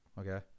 Okay